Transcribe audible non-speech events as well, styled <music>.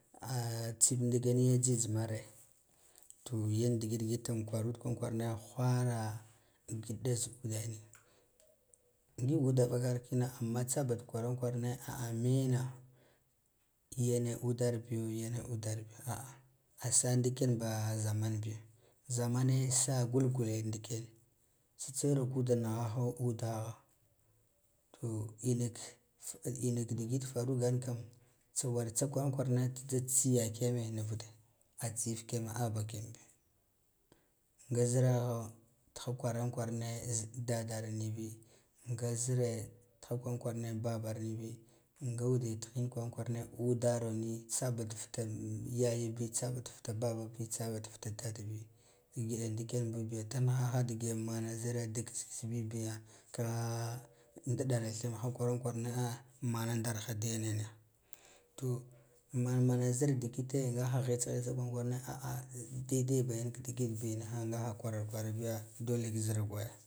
<hesitation> tsiif nɗiken ya jhi jhijh mure to yan digit kwarund kwarun kwarane wh ara in ngida zu uda ni ngi ude vakar kina amma tsaba kwaran kwarane a mene yene udar biyo yene udar biyo <hesitation> asa ndike nba zaman biyo zamune sa gulgule ndiken tsitsa iraka ude nighaha udaha to inak ina ka digit faruhannkam tsa whar tsa kwaran kwarane da tsiya kiyeme nuvuda a tsif kigame <hesitation> ba kiga m bi nga ziraho fiha kwaran kwarane ya dabar niyabi nga zire tiha kwaran kwara ne babbar niyabi nga ude tihin kwaran la warane udaro ni tsaba ta fata yayabi tsa ba ta fata bababi tsaba fata dadda bi ngida ndaken bubiya da mhaha digen mana zira da dik kiss kiss bin biya ka diɗara thinha kwaran kwarane mana ndarha diyene to man mana zir digite nga ha ghitsa ghitsa kwaran kwarane an de daiba yenka digit bi niha ngaha kwara kwarane dole ka zir gwaya.